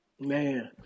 Man